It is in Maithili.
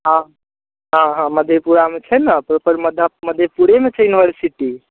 हँ हँ हँ मधेपुरामे छै ने प्रोपर मधेपुरेमे छै यूनिवर्सिटी